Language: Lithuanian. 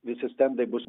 visi stendai bus